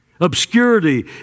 Obscurity